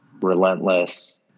relentless